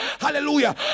Hallelujah